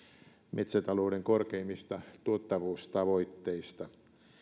metsätalouden korkeimmista tuottavuustavoitteista